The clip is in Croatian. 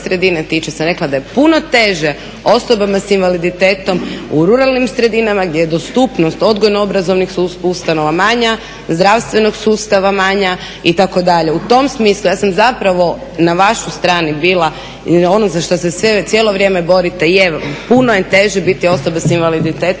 u ruralnim sredinama gdje je dostupnost odgojno-obrazovnih ustanova manja, zdravstvenog sustava manja itd., u tom smislu. Ja sam zapravo na vašoj strani bila, ono za što se cijelo vrijeme borite je, puno je teže biti osoba sa invaliditetom